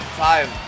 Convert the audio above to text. five